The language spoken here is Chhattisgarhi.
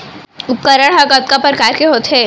उपकरण हा कतका प्रकार के होथे?